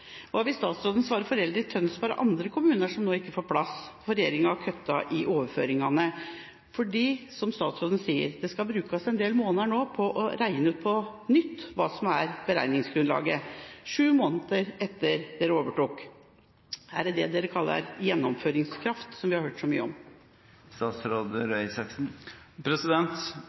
Hva vil statsråden svare foreldre i Tønsberg og andre kommuner som nå ikke får plass fordi regjeringen har kuttet i overføringene? For, som statsråden sier, det skal brukes en del måneder nå på å regne på nytt hva som er beregningsgrunnlaget – sju måneder etter at regjeringen overtok. Er det det regjeringen kaller gjennomføringskraft, som vi har hørt så mye om?